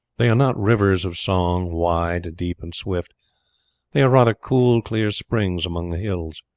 they are not rivers of song, wide, deep, and swift they are rather cool, clear springs among the hills.